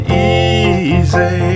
easy